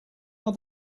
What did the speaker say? are